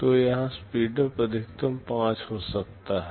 तो यहां स्पीडअप अधिकतम 5 हो सकता है